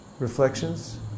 Reflections